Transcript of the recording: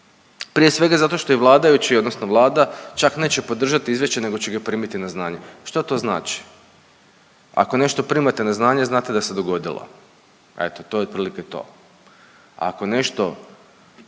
Prije svega zato što i vladajući odnosno Vlada čak neće podržati izvješće, nego će ga primiti na znanje. Što to znači? Ako nešto primate na znanje, znate da se dogodilo. Eto to je otprilike to. Ako nešto